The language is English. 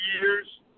years